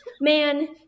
Man